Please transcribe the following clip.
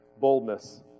Boldness